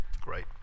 Great